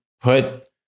put